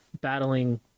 battling